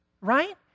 right